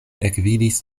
ekvidis